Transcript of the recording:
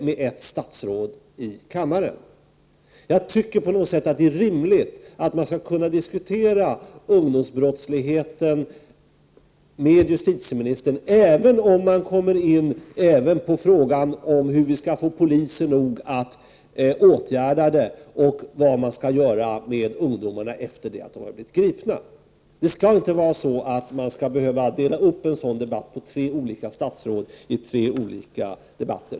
Jag tycker att det på något sätt är rimligt att man skall kunna diskutera ungdomsbrottsligheten med justitieministern även om man kommer in på frågan om hur vi skall få tillräckligt många poliser för att åtgärda saken och på frågan om vad man skall göra med ungdomarna efter det att de har blivit gripna. Man skall inte behöva dela upp en sådan fråga på tre olika statsråd i tre olika debatter.